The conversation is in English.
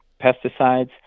pesticides